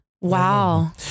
wow